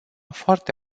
foarte